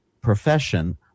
profession